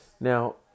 Now